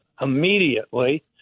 immediately